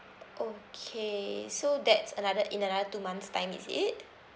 okay so that's another in another two months time is it